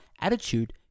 attitude